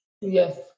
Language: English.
Yes